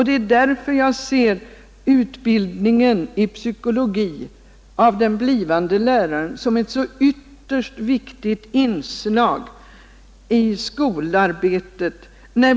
Det är därför jag ser utbildningen i psykologi av den blivande läraren som ett så ytterst viktigt inslag i skolarbetet.